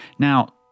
Now